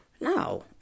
No